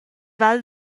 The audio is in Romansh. val